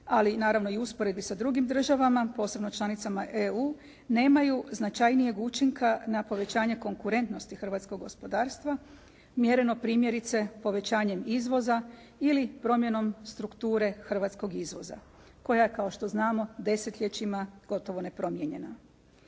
ali naravno i u usporedbi sa drugim državama posebno članicama EU, nemaju značajnijeg učinka na povećanju konkurentnosti hrvatskog gospodarstva, mjereno primjerice povećanjem izvoza ili promjenom strukture hrvatskog izvoza. Koja je kao što znamo desetljećima nepromijenjena.